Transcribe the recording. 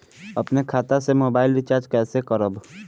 अपने खाता से मोबाइल रिचार्ज कैसे करब?